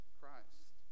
Christ